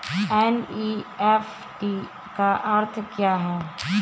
NEFT का अर्थ क्या है?